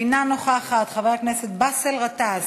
אינה נוכחת, חבר הכנסת באסל גטאס,